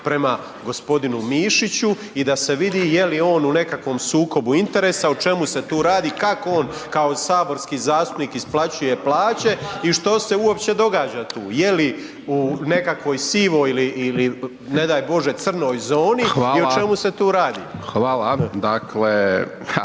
prema g. Mišiću i da se vidi je li on u nekakvom sukobu interesa, o čemu se tu radi, kako on kao saborski zastupnik isplaćuje plaće i što se uopće događa tu, je li u nekakvoj sivoj ili ne daj Bože crnoj zoni i o čemu se tu radi. **Hajdaš